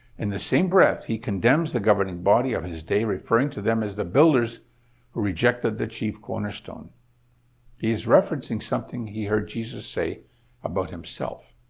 and the same breath he condemns the governing body of his day referring to them as the builders rejected the chief cornerstone. he is referencing something he heard jesus say about himself.